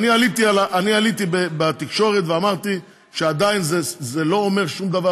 אני עליתי בתקשורת ואמרתי שעדיין זה לא אומר שום דבר,